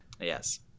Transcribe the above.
Yes